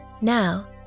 Now